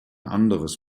anderes